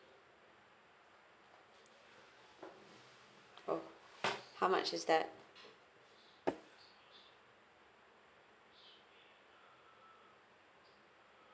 oh how much is that